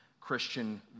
Christian